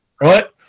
right